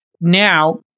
Now